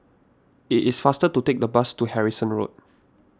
it is faster to take the bus to Harrison Road